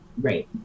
right